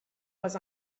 was